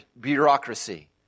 bureaucracy